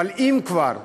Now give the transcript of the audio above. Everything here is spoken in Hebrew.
אבל אם כבר הקואליציה,